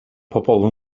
pobol